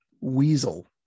weasel